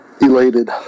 elated